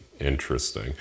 interesting